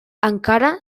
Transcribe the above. encara